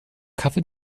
kaffee